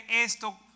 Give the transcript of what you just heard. esto